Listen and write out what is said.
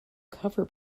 cover